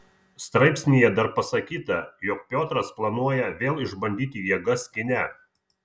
straipsnyje dar pasakyta jog piotras planuoja vėl išbandyti jėgas kine